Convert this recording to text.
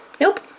nope